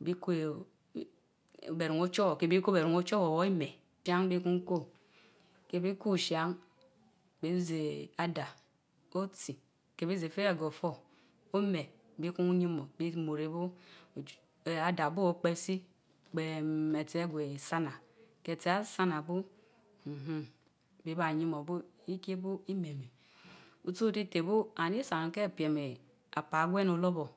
Bi ko eee bé ruun Ochowor ke biko bé ruun ochowor woor i mee, Then beé ruun ko ke bi ko oshan. bi Adaa oti, ke bi zee fé agorfó Ome. Birun yimo bi murebu eeenhn Adaabi opersi perem atsi agwe tsana ke atsi asana burenhexen bi ba yime bu i kee by imemeh otu itité by and Isa onu ke a piem apan gwen olorbor